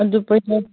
ꯑꯗꯨ ꯄꯩꯁꯥ